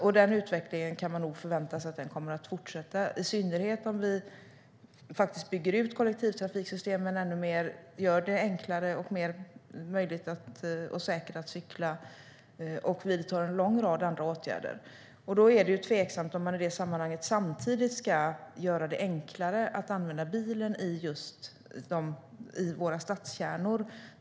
Vi kan nog förvänta oss att den utvecklingen kommer att fortsätta, i synnerhet om vi bygger ut kollektivtrafiksystemen ännu mer, gör det enklare och säkrare att cykla och vidtar en lång rad andra åtgärder. Då är det tveksamt om vi samtidigt ska göra det enklare att använda bilen i våra stadskärnor.